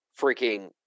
freaking